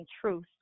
truth